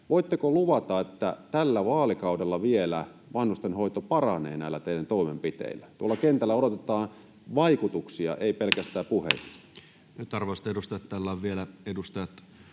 Voitteko luvata, että vielä tällä vaalikaudella vanhustenhoito paranee näillä teidän toimenpiteillänne? Tuolla kentällä odotetaan vaikutuksia, ei pelkästään puheita. Nyt, arvoisat edustajat, täällä ovat vielä edustajat